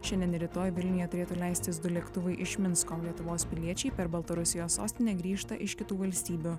šiandien ir rytoj vilniuje turėtų leistis du lėktuvai iš minsko lietuvos piliečiai per baltarusijos sostinę grįžta iš kitų valstybių